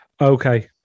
Okay